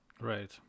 right